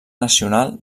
nacional